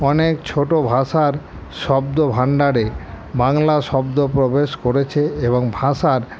অনেক ছোটো ভাষার শব্দ ভাণ্ডারে বাংলা শব্দ প্রবেশ করেছে এবং ভাষার